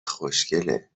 خوشکله